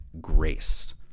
grace